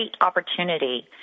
opportunity